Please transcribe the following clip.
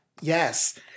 Yes